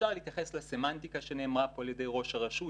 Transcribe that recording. אפשר להתייחס לסמנטיקה שנאמרה פה על-ידי ראש הרשות,